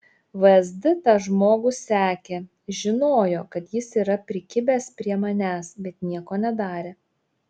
vsd tą žmogų sekė žinojo kad jis yra prikibęs prie manęs bet nieko nedarė